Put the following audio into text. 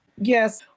Yes